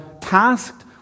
tasked